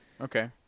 Okay